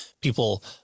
people